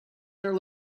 their